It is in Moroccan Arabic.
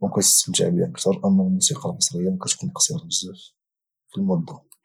وكانستمتع بها اكثر اما الموسيقى العصريه كتكون قصيره بزاف في المده